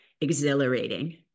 exhilarating